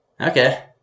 Okay